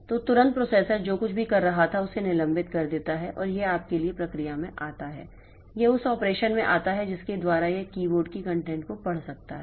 तो तुरंत प्रोसेसर जो कुछ भी कर रहा था उसे निलंबित कर देता है और यह आपके लिए प्रक्रिया में आता है यह उस ऑपरेशन में आता है जिसके द्वारा यह कीबोर्ड की कंटेंट को पढ़ सकता है